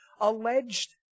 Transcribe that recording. alleged